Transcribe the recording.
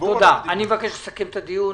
אני מבקש לסכם את הדיון.